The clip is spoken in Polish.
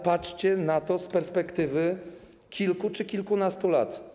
Spójrzcie na to w perspektywie kilku czy kilkunastu lat.